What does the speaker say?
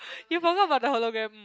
you forgot about the Hologram